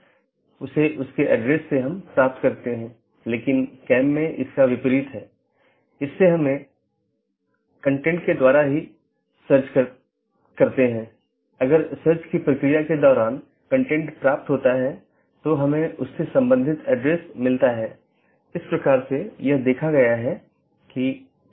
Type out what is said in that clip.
और अगर आप फिर से याद करें कि हमने ऑटॉनमस सिस्टम फिर से अलग अलग क्षेत्र में विभाजित है तो उन क्षेत्रों में से एक क्षेत्र या क्षेत्र 0 बैकबोन क्षेत्र है